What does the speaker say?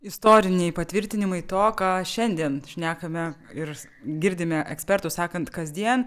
istoriniai patvirtinimai to ką šiandien šnekame ir girdime ekspertų sakant kasdien